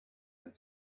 had